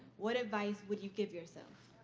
what advice would you give yourself?